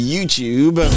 YouTube